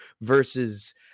versus